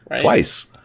twice